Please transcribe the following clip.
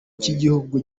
cy’igihugu